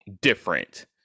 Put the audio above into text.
different